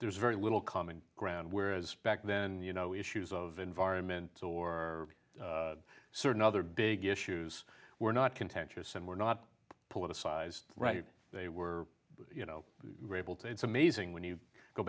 there's very little common ground whereas back then you know issues of environment or certain other big issues were not contentious and were not politicized right they were you know rebel to it's amazing when you go